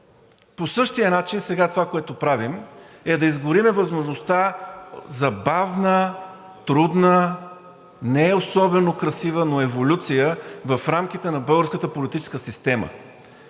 По същия начин сега това, което правим, е да изгорим възможността за бавна, трудна, не особено красива, но еволюция в рамките на българската политическа система,